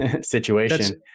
situation